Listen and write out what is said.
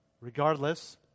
Regardless